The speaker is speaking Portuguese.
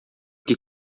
que